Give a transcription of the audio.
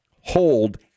hold